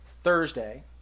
Thursday